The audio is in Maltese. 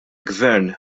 gvern